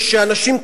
שאנשים,